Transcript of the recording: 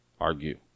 Argue